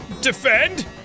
Defend